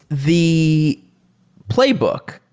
the playbook,